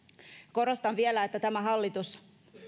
korostan vielä että tämä hallitus